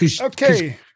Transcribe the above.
Okay